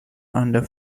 under